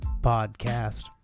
podcast